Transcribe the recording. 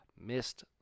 missed